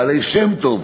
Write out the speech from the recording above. בעלי שם טוב,